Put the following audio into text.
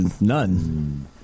none